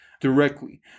directly